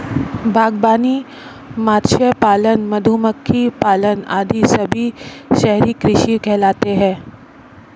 बागवानी, मत्स्य पालन, मधुमक्खी पालन आदि सभी शहरी कृषि कहलाते हैं